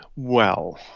well,